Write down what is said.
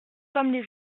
comme